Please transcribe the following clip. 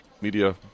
media